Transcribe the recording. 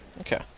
Okay